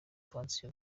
pansiyo